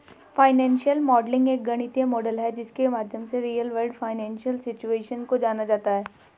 financial modelling एक गणितीय model है जिसके माध्यम से रियल वर्ल्ड फाइनेंशियल सिचुएशन को जाना जाता है